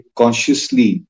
consciously